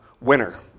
Winner